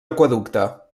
aqüeducte